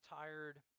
tired